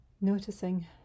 Noticing